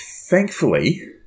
thankfully